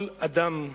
כל אדם,